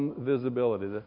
visibility